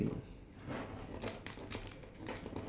they may have